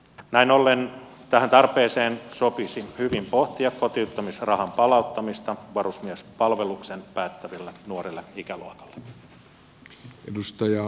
näin ollen tähän tarpeeseen sopisi hyvin pohtia kotiuttamisrahan palauttamista varusmiespalveluksen päättäville nuorille ikäluokille